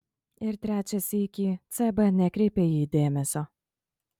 ir trečią sykį cb nekreipė į jį dėmesio